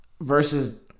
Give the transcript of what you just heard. versus